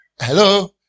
Hello